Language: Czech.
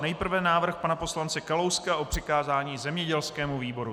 Nejprve návrh pana poslance Kalouska o přikázání zemědělskému výboru.